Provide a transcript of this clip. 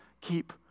keep